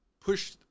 push